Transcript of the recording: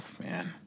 man